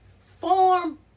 form